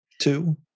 Two